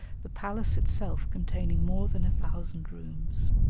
the palace itself containing more than a thousand rooms.